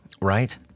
right